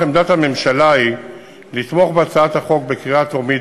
עמדת הממשלה היא לתמוך בהצעת החוק בקריאה טרומית,